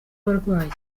abarwayi